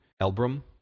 Elbrum